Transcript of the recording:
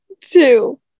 two